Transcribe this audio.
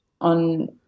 on